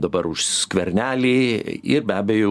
dabar už skvernelį ir be abejo